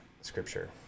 scripture